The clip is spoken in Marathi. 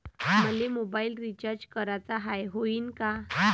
मले मोबाईल रिचार्ज कराचा हाय, होईनं का?